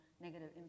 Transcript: negative